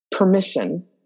permission